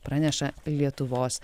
praneša lietuvos